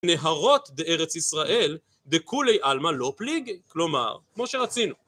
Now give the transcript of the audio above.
נהרות בארץ ישראל דכולי עלמא לא פליגי, כלומר, כמו שרצינו.